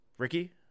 Ricky